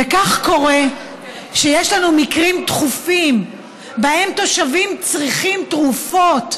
וכך קורה שיש לנו מקרים דחופים שבהם תושבים צריכים תרופות,